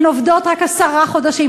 הן עובדות רק עשרה חודשים.